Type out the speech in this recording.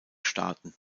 staaten